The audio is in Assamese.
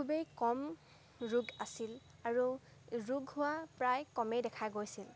খুবেই কম ৰোগ আছিল আৰু ৰোগ হোৱা প্ৰায় কমেই দেখা গৈছিল